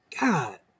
God